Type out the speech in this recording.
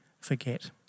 forget